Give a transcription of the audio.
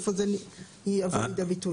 איפה זה יבוא לידי ביטוי?